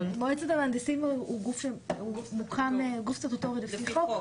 מועצת המהנדסים הוא גוף סטטוטורי לפי חוק.